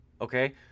Okay